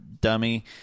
dummy